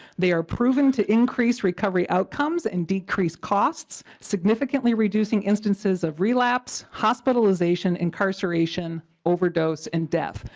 they are proven to increase recovery outcomes and decrease cost significantly reducing instances of relapse hospitalization incarceration overdose and death.